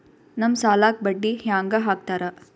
ನಮ್ ಸಾಲಕ್ ಬಡ್ಡಿ ಹ್ಯಾಂಗ ಹಾಕ್ತಾರ?